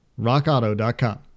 rockauto.com